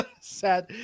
Sad